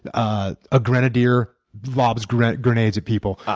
ah a grenadier lobs grenades grenades at people.